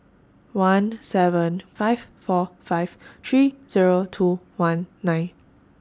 one seven five four five three Zero two one nine